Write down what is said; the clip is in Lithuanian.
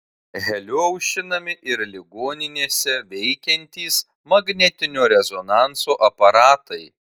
heliu aušinami ir ligoninėse veikiantys magnetinio rezonanso aparatai